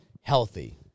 healthy